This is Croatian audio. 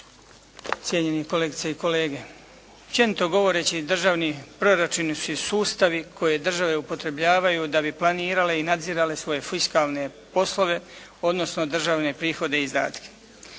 cijenjeni kolegice i kolege. Općenito govoreći, državni proračuni su sustavi koje države upotrebljavaju da bi planirale i nadzirale svoje fiskalne poslove, odnosno državne prihode i izdatke.